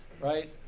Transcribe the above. right